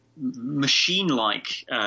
machine-like